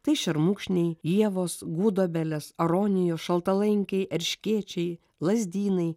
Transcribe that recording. tai šermukšniai ievos gudobelės aronijos šaltalankiai erškėčiai lazdynai